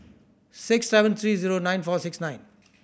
six seven three zero nine four six nine